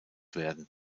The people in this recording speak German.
werden